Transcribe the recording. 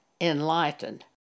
enlightened